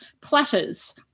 platters